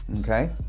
Okay